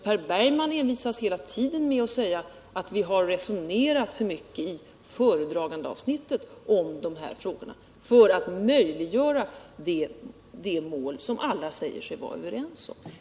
Per Bergman envisas emellertid hela tiden med att säga att det har resonerats för mycket i föredragandeavsnittet då det gäller att möjliggöra uppnåendet av det mål som alla säger sig vara överens om.